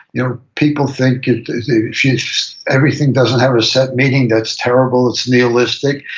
you know people think if if everything doesn't have a set meaning, that's terrible. it's nihilistic.